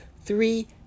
three